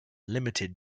limited